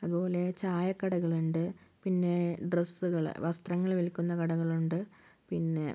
അതുപോലെ ചായ കടകളുണ്ട് പിന്നെ ഡ്രസ്സുകൾ വസ്ത്രങ്ങൾ വിൽക്കുന്ന കടകളുണ്ട് പിന്നെ